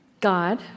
God